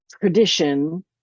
tradition